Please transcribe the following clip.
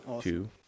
two